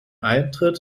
eintritt